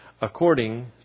according